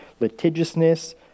litigiousness